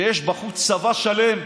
שיש בחוץ צבא שלם,